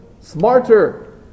smarter